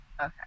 Okay